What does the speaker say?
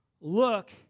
look